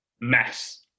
mess